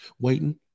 waiting